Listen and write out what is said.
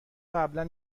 قبلا